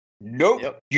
Nope